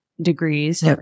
degrees